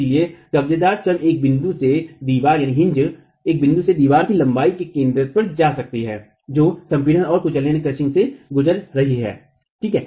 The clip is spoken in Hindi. इसलिए कब्जेदार स्वयं एक बिंदु से दीवार की लंबाई के केंद्रक पर जा सकती है जो संपीड़न और कुचलने से गुजर रही है ठीक है